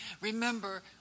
Remember